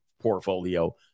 portfolio